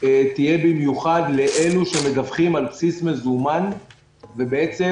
תהיה במיוחד לאלה שמדווחים על בסיס מזומן ובעצם